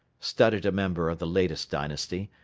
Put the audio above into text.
stuttered a member of the latest dynasty,